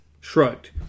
shrugged